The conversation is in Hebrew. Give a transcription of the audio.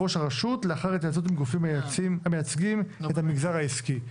ראש הרשות לאחר התייעצות עם גופים המייצגים את המגזר העסקי.